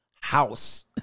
house